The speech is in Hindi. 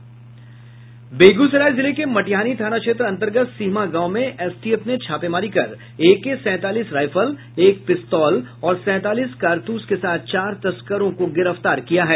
बेगूसराय जिले के मटिहानी थाना क्षेत्र अंतर्गत सिहमा गांव में एसटीएफ ने छापेमारी कर एके सैंतालीस राइफल एक पिस्तौल और सैंतालीस कारतूस के साथ चार तस्करों को गिरफ्तार किया है